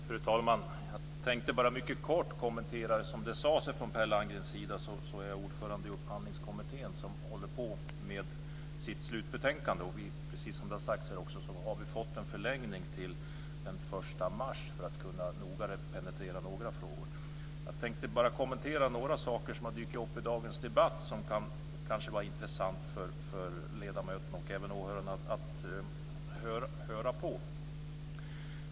Fru talman! Jag tänker göra några mycket korta kommentarer. Som Per Landgren sade är jag ordförande i Upphandlingskommittén, som nu håller på med sitt slutbetänkande. Som också har sagts här har vi fått en förlängning till den 1 mars för att mer noga kunna penetrera några frågor. Jag ska kommentera några saker som har dykt upp i dagens debatt och som det kanske kan vara intressant för ledamöterna och också åhörarna att höra mer om.